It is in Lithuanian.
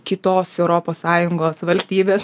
kitos europos sąjungos valstybės